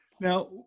Now